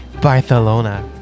Barcelona